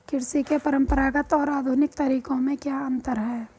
कृषि के परंपरागत और आधुनिक तरीकों में क्या अंतर है?